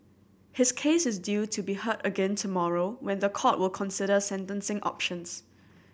his case is due to be heard again tomorrow when the court will consider sentencing options